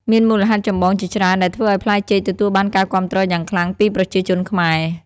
មានមូលហេតុចម្បងជាច្រើនដែលធ្វើឱ្យផ្លែចេកទទួលបានការគាំទ្រយ៉ាងខ្លាំងពីប្រជាជនខ្មែរ។